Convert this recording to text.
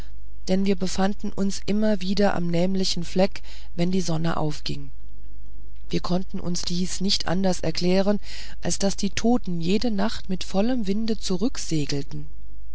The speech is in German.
denn wir befanden uns immer wieder am nämlichen fleck wenn die sonne aufging wir konnten uns dies nicht anders erklären als daß die toten jede nacht mit vollem winde